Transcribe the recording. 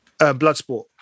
Bloodsport